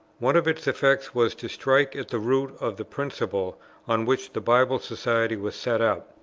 one of its effects was to strike at the root of the principle on which the bible society was set up.